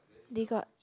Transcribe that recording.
they got